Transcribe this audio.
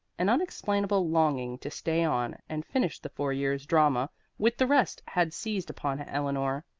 an unexplainable longing to stay on and finish the four years' drama with the rest had seized upon eleanor.